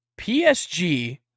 PSG